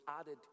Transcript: added